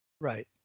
Right